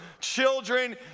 children